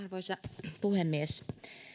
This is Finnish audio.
arvoisa puhemies